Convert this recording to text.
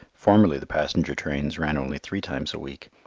formerly the passenger trains ran only three times a week.